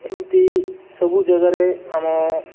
ଏମିତି ସବୁ ଜାଗାରେ ଆମ